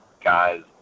guys